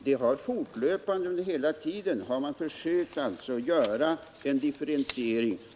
Herr talman! Under hela tiden har man fortlöpande försökt göra en differentiering.